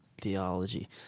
theology